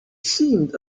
seemed